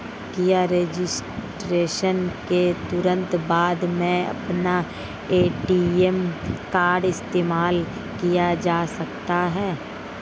क्या रजिस्ट्रेशन के तुरंत बाद में अपना ए.टी.एम कार्ड इस्तेमाल किया जा सकता है?